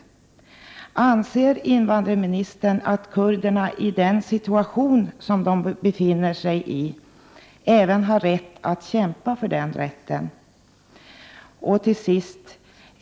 Anser invandrarministern att kurderna i den situation som de befinner sig i även har rätt att kämpa för den rättigheten?